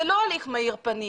זה לא הליך מאיר פנים